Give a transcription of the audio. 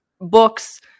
books